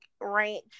ranch